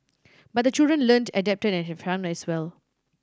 but the children learnt adapted and had fun as well